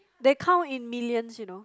they count in millions you know